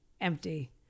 empty